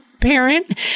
parent